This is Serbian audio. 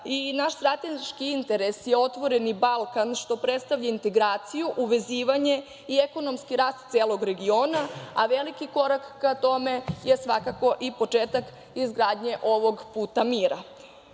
i naš strateški interes je „Otvoreni Balkan“ što predstavlja integraciju, uvezivanje i ekonomski rast celog regiona, a veliki korak ka tome je svakako i početak izgradnje ovog puta mira. Danas